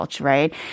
Right